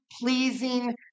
pleasing